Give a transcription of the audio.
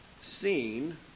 seen